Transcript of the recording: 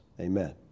Amen